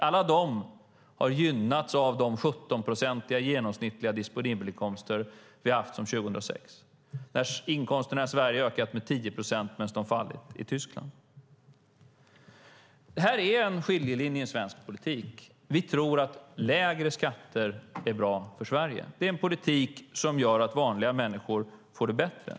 Alla de har gynnats av de 17-procentiga genomsnittliga disponibelinkomster som vi har haft sedan 2006. Inkomsterna i Sverige har ökat med 10 procent medan de fallit i Tyskland. Det är en skiljelinje i svensk politik. Vi tror att lägre skatter är bra för Sverige. Det är en politik som gör att vanliga människor får det bättre.